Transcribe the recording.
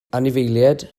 anifeiliaid